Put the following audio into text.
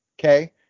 Okay